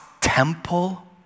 temple